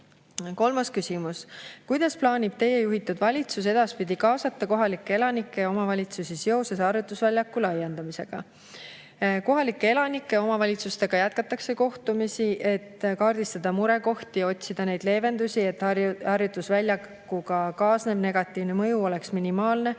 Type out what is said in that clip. Kolmas küsimus: "Kuidas plaanib Teie juhitud valitsus edaspidi kaasata kohalikke elanikke ja omavalitsusi seoses harjutusväljaku laiendamisega?" Kohalike elanike ja omavalitsustega jätkatakse kohtumisi, et kaardistada murekohti ja otsida leevendusi, et harjutusväljakuga kaasnev negatiivne mõju oleks minimaalne